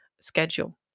schedule